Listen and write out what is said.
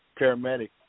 paramedic